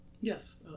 Yes